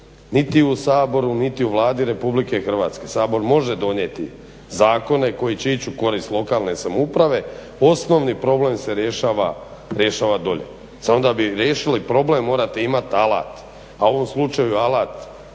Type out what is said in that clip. niti u Saboru niti u Vladi RH. sabor može donijeti zakone koji će ići u korist lokalne samouprave, osnovni problem se rješava dolje. Samo da bi riješili problem morate imati alat, a u ovom slučaju alat